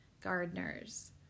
gardeners